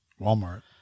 Walmart